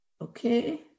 Okay